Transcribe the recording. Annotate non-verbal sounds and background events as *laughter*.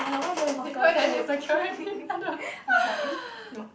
hawker food *laughs* I was like mm nope